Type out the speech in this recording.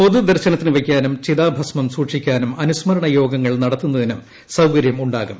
പൊതുദർശനത്തിന് വയ്ക്കാനും ചിതാഭസ്മം സൂക്ഷിക്കാസൂച്ച് അനുസ്മരണ യോഗങ്ങൾ നടത്തുന്നതിനും സൌകര്യം ഉണ്ട്യാക്കും